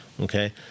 Okay